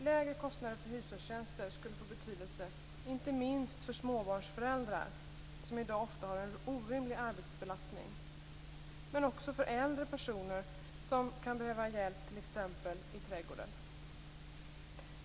Lägre kostnader för hushållstjänster skulle få betydelse inte minst för småbarnsföräldrar, som i dag ofta har en orimlig arbetsbelastning, men också för äldre personer som kan behöva hjälp t.ex. i trädgården.